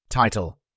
Title